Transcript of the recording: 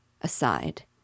Aside